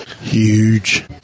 Huge